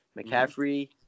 McCaffrey